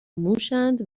موشاند